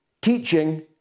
teaching